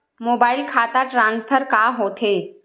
Mobile खाता transfer का होथे?